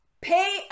Pay